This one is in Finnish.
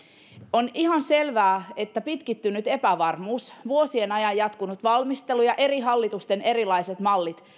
on ihan selvää että pitkittynyt epävarmuus vuosien ajan jatkunut valmistelu ja eri hallitusten erilaiset mallit